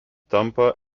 tampa